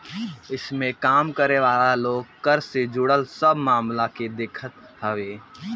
इमें काम करे वाला लोग कर से जुड़ल सब मामला के देखत हवे